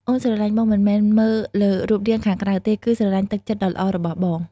អូនស្រឡាញ់បងមិនមែនមើលលើរូបរាងខាងក្រៅទេ គឺស្រឡាញ់ទឹកចិត្តដ៏ល្អរបស់បង។